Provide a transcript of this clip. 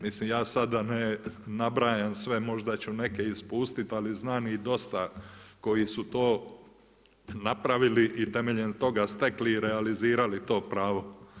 Mislim ja sada ne nabrajam sve, možda ću neke ispustiti, ali znam ih dosta koji su to napravili i temeljem toga stekli i realizirali to pravo.